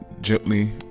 gently